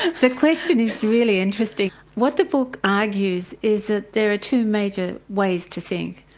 the question is really interesting. what the book argues is that there are two major ways to think,